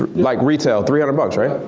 ah like retail, three hundred bucks right?